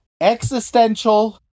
Existential